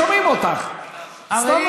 חברת הכנסת קסניה סבטלובה, אני